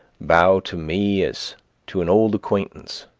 bow to me as to an old acquaintance,